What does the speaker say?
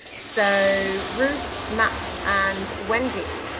so ruth, matt and wendy,